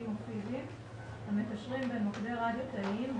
או פיזיים המקשרים בין מוקדי רדיו תאיים,